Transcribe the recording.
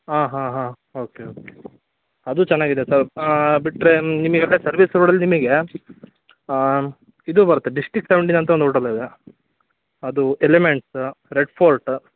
ಹಾಂ ಹಾಂ ಹಾಂ ಓಕೆ ಓಕೆ ಅದು ಚೆನ್ನಾಗಿದೆ ಸರ್ ಬಿಟ್ರೆ ನಿಮಗೆ ಅಲ್ಲೇ ಸರ್ವಿಸ್ ರೋಡಲ್ಲಿ ನಿಮಗೆ ಇದು ಬರುತ್ತೆ ಡಿಸ್ಟಿಕ್ ಸೆವೆಂಟೀನ್ ಅಂತ ಒಂದು ಓಟಲ್ ಇದೆ ಅದು ಎಲಿಮೆಂಟ್ಸ್ ರೆಡ್ ಫೋರ್ಟ್